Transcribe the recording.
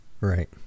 Right